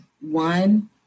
one